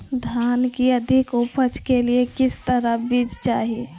धान की अधिक उपज के लिए किस तरह बीज चाहिए?